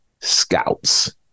scouts